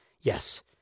yes